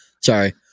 sorry